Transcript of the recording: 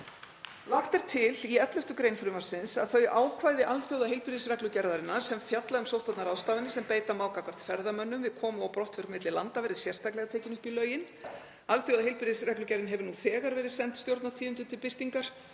Lagt er til í 11. gr. frumvarpsins að þau ákvæði alþjóðaheilbrigðisreglugerðarinnar sem fjalla um sóttvarnaráðstafanir sem beita má gagnvart ferðamönnum við komu og brottför milli landa verði sérstaklega tekin upp í lögin. Alþjóðaheilbrigðisreglugerðin hefur nú þegar verið send Stjórnartíðindum til birtingar